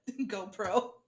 GoPro